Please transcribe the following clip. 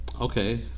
Okay